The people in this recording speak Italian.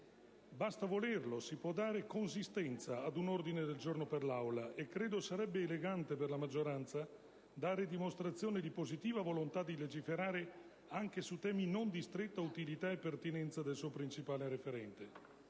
basta volerlo: si può dare consistenza ad un ordine del giorno per l'Aula, e credo sarebbe elegante per la maggioranza dare dimostrazione di positiva volontà di legiferare anche su temi non di stretta utilità e pertinenza del suo principale referente.